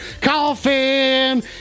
coffin